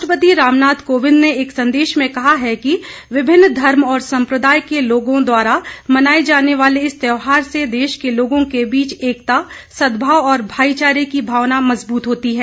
राष्ट्रपति रामनाथ कोविंद ने एक संदेश में कहा है कि विभिन्न धर्म और संप्रदाय के लोगों द्वारा मनाए जाने वाले इस त्यौहार से देश के लोगों के बीच एकता सद्भाव और भाईचारे की भावना मजबूत होती है